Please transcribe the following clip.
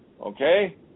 Okay